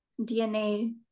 dna